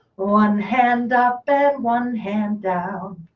one hand up, and one hand down.